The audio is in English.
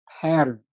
pattern